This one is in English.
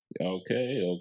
Okay